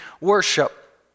worship